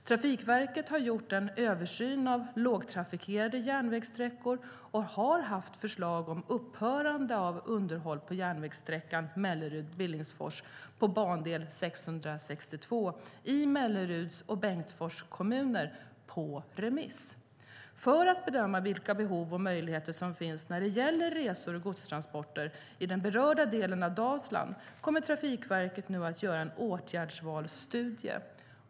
Trafikverket har gjort en översyn av lågtrafikerade järnvägssträckor och har haft förslag om upphörande av underhåll på järnvägssträckan Mellerud-Billingsfors på bandel 662 i Melleruds och Bengtsfors kommuner på remiss. För att bedöma vilka behov och möjligheter som finns när det gäller resor och godstransporter i den berörda delen av Dalsland kommer Trafikverket nu att göra en åtgärdsvalsstudie.